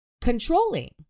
controlling